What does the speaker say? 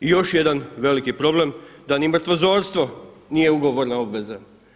I još jedan veliki problem da ni mrtvozorstvo nije ugovorna obveza.